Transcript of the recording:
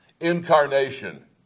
incarnation